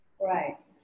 Right